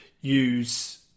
use